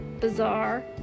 bizarre